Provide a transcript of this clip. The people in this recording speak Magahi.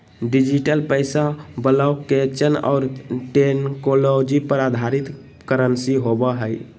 डिजिटल पैसा ब्लॉकचेन और टेक्नोलॉजी पर आधारित करंसी होवो हइ